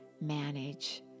manage